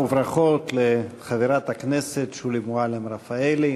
וברכות לחברת הכנסת שולי מועלם-רפאלי,